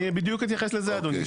אני בדיוק אתייחס לזה אדוני,